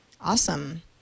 awesome